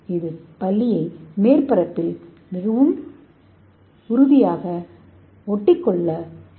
இது பல்லியை மேற்பரப்பில் மிகவும் வலுவாக ஒட்டிக்கொள்ள அனுமதிக்கிறது